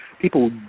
People